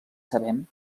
sabem